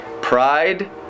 Pride